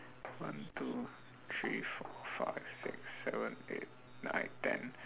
one two three four five six seven eight nine ten